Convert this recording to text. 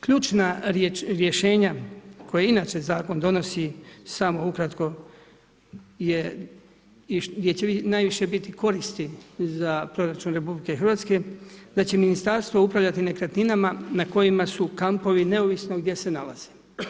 Ključna rješenja koja inače zakon donosi, samo ukratko, gdje će najviše biti koristi za proračun RH da će ministarstvo upravljati nekretninama na kojima su kampovi neovisno gdje se nalaze.